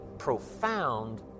profound